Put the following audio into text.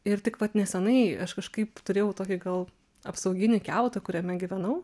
ir tik vat nesenai aš kažkaip turėjau tokį gal apsauginį kiautą kuriame gyvenau